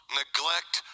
neglect